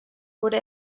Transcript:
wurde